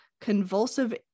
convulsive